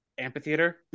amphitheater